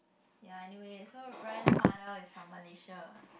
ya anyway so Ryan mother is from Malaysia